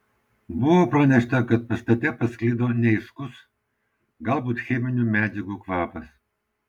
buvo pranešta kad pastate pasklido neaiškus galbūt cheminių medžiagų kvapas